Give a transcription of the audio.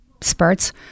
spurts